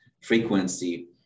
frequency